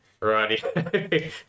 righty